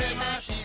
match.